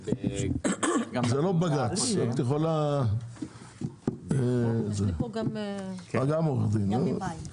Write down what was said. זה לא בג"ץ, את יכולה, את גם עורכת דין.